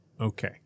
Okay